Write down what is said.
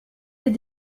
des